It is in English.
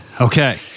Okay